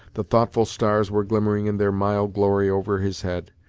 the thoughtful stars were glimmering in their mild glory over his head,